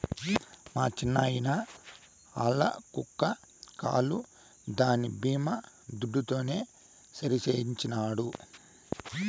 మా చిన్నాయిన ఆల్ల కుక్క కాలు దాని బీమా దుడ్డుతోనే సరిసేయించినాడు